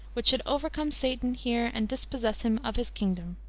which should overcome satan here and dispossess him of his kingdom.